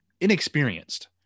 inexperienced